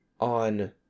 on